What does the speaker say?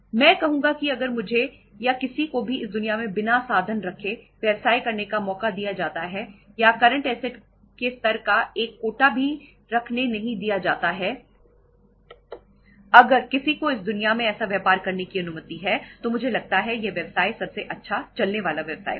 मैं कहूंगा कि अगर मुझे या किसी को भी इस दुनिया में बिना साधन रखें व्यवसाय करने का मौका दिया जाता है या करंट ऐसेट के स्तर का एक कोटा भी रखने नहीं दिया जाता है अगर किसी को इस दुनिया में ऐसा व्यापार करने की अनुमति है तो मुझे लगता है यह व्यवसाय सबसे अच्छा चलने वाला व्यवसाय होगा